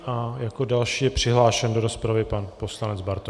A jako další je přihlášen do rozpravy pan poslanec Bartoš.